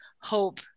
hope